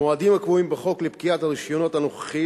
המועדים הקבועים בחוק לפקיעת הרשיונות הנוכחיים